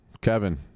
Kevin